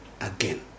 again